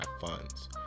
funds